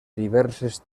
diverses